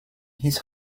his